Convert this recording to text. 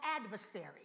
adversary